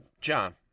John